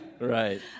Right